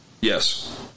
Yes